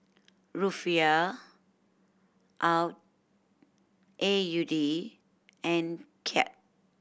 Rufiyaa A U D and Kyat